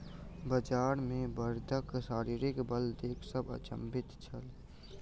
बजार मे बड़दक शारीरिक बल देख सभ अचंभित छल